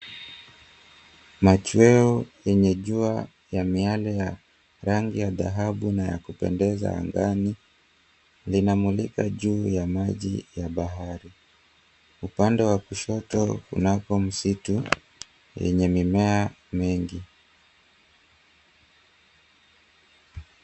Machweo yenye jua ya miale ya rangi ya dhahabu na ya kupendeza angani linamulika juu ya maji ya bahari. Upande wa kushoto kunapo msitu yenye mimea mengi.